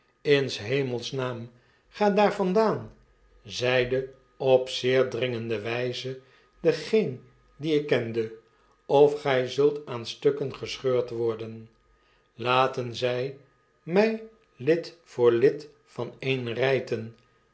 in shemels naam ga daar vandaan zeide op zeer dringende wijze degeen dien ik kende of gij zult aan stukken gescheurd worden laten zij mij lid voor lid vaneenrijten